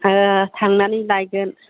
थांनानै लायगोन